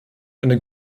eine